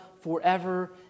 forever